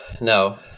no